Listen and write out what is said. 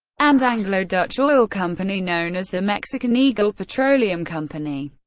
and anglo-dutch oil company known as the mexican eagle petroleum company.